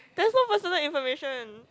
that's not personal information